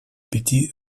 пяти